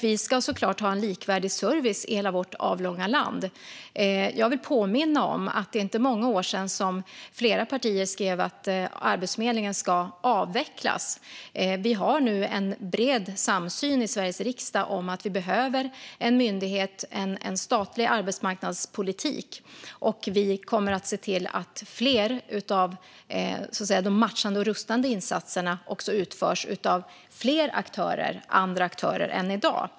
Vi ska såklart ha en likvärdig service i hela vårt avlånga land. Jag vill påminna om att det inte är många år sedan som flera partier skrev att Arbetsförmedlingen ska avvecklas. Vi har nu en bred samsyn i Sveriges riksdag om att vi behöver en myndighet och en statlig arbetsmarknadspolitik, och vi kommer att se till att fler av de matchande och rustande insatserna också utförs av fler aktörer än i dag.